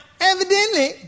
evidently